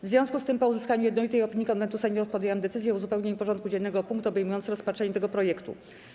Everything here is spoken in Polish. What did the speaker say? W związku z tym, po uzyskaniu jednolitej opinii Konwentu Seniorów, podjęłam decyzję o uzupełnieniu porządku dziennego o punkt obejmujący rozpatrzenie tego projektu.